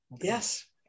Yes